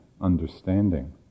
understanding